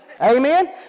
Amen